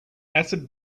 acid